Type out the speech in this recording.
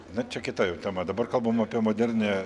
na čia kita jau tema dabar kalbam apie moderniąją